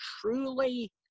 truly